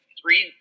three